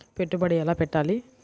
పెట్టుబడి ఎలా పెట్టాలి?